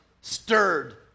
stirred